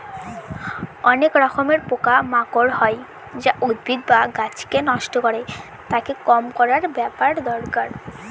অনেক রকমের পোকা মাকড় হয় যা উদ্ভিদ বা গাছকে নষ্ট করে, তাকে কম করার ব্যাপার দরকার